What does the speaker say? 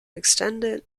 extended